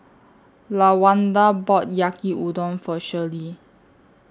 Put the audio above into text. Lawanda bought Yaki Udon For Shirlie